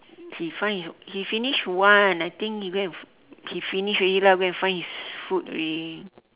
he find his he finish one I think he go and he finish already lah go and find his food already